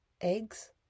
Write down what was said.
eggs